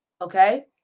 okay